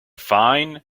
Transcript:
fine